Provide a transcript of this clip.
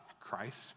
Christ